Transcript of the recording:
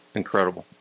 incredible